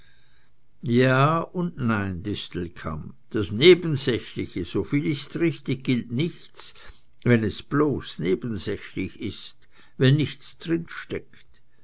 ja und nein distelkamp das nebensächliche soviel ist richtig gilt nichts wenn es bloß nebensächlich ist wenn nichts drinsteckt